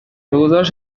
گزارش